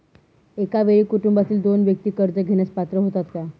एका वेळी कुटुंबातील दोन व्यक्ती कर्ज घेण्यास पात्र होतात का?